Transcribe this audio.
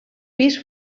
pis